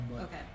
Okay